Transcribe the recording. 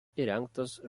įrengtas